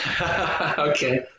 Okay